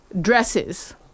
dresses